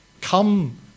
Come